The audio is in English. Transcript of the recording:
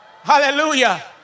hallelujah